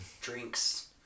drinks